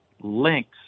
links